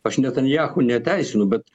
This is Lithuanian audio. aš netanjahu neteisinu bet